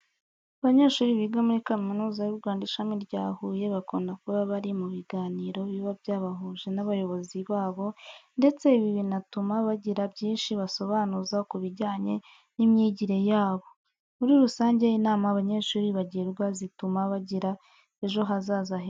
Abanyeshuri biga muri Kaminuza y'u Rwanda ishami rya Huye bakunda kuba bari mu biganiro biba byabahuje n'abayobozi babo ndetse ibi binatuma bagira byinshi basobanuza ku bijyanye n'imyigire yabo. Muri rusange inama abanyeshuri bagirwa zituma bagira ejo hazaza heza.